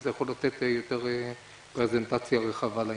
זה יכול לתת יותר פרזנטציה רחבה לעניין.